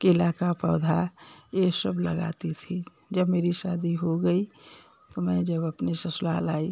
केला का पौधा ये सब लगाती थी जब मेरी शादी हो गई तो मैं जब अपने ससुराल आई